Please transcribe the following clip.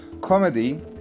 comedy